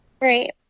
Right